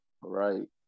Right